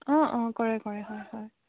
অঁ অঁ কৰে কৰে হয় হয়